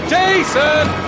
Jason